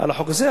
על החוק הזה.